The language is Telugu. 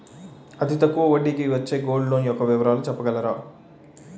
అతి తక్కువ వడ్డీ కి వచ్చే గోల్డ్ లోన్ యెక్క వివరాలు చెప్పగలరా?